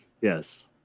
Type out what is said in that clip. Yes